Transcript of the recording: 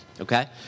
Okay